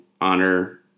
honor